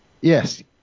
Yes